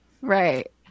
Right